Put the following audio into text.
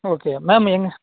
okay ma'am எங்கள்